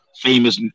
famous